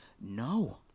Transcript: No